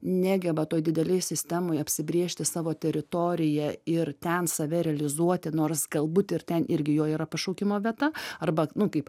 negeba toj didelėj sistemoj apsibrėžti savo teritoriją ir ten save realizuoti nors galbūt ir ten irgi jo yra pašaukimo vieta arba nu kaip